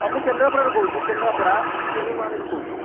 ହଁ ମୁଁ କେନ୍ଦ୍ରାପଡ଼ାରୁ କହୁଛି କେନ୍ଦ୍ରାପଡ଼ା ତିନି ମୁହାଣୀରୁ କହୁଛି